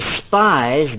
despise